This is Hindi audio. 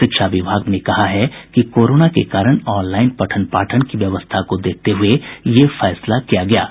शिक्षा विभाग ने कहा है कि कोरोना के कारण ऑनलाईन पठन पाठन की व्यवस्था को देखते हुये यह फैसला किया गया है